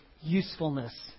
usefulness